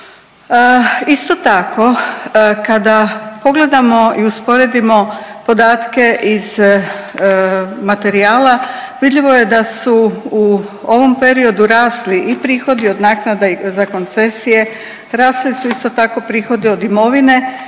Isto tako, kada pogledamo i usporedimo podatke iz materijala, vidljivo je da su u ovom periodu rasli i prihodi od naknada i za koncesije, rasli su, isto tako, prihodi od imovine